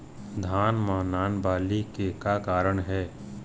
धान म नान बाली के का कारण हे?